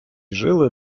жили